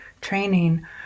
training